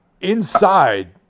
Inside